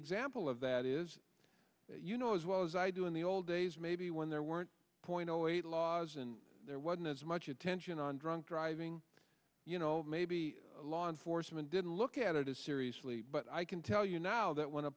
example of that is you know as well as i do in the old days maybe when there weren't point zero eight laws and there wasn't as much attention on drunk driving you know maybe law enforcement didn't look at it as seriously but i can tell you now that